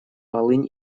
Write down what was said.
полынь